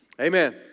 Amen